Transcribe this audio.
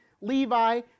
Levi